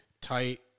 tight